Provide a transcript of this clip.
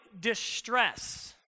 distress